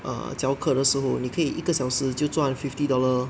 err 教课的时候你可以一个小时就赚 fifty dollar